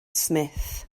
smith